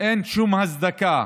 אין שום הצדקה